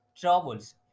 troubles